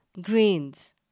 grains